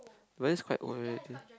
but that's quite old already